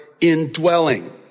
indwelling